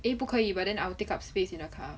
eh 不可以 but then I will take up space in the car